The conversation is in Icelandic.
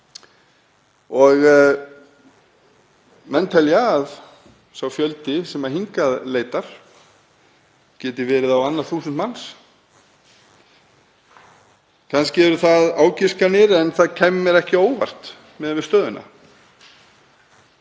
Menn telja að sá fjöldi sem hingað leitar geti verið á annað þúsund manns. Kannski eru það ágiskanir en það kæmi mér ekki á óvart miðað við stöðuna.